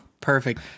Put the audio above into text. perfect